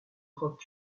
rock